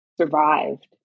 survived